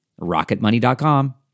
Rocketmoney.com